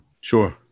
Sure